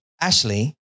Ashley